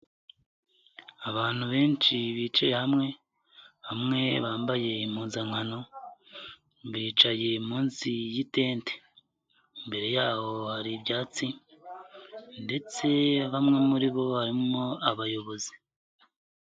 Abantu benshi bicaye hamwe, bamwe bambaye impuzankano, bica munsi y'itente, imbere yaho hari ibyatsi ndetse bamwe muri bo barimo abayobozi.